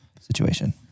situation